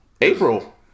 April